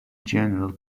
general